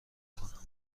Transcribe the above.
کنم